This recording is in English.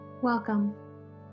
Welcome